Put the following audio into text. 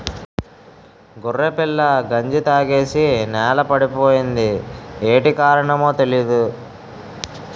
గొర్రెపిల్ల గంజి తాగేసి నేలపడిపోయింది యేటి కారణమో తెలీదు